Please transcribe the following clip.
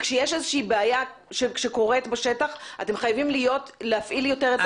כשיש איזה שהיא בעיה שקורית בשטח אתם חייבים להפעיל יותר את